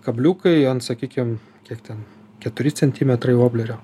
kabliukai ant sakykim kiek ten keturi centimetrai voblerio